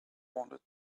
wanted